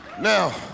Now